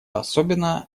особенно